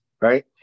Right